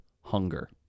hunger